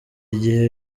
igihe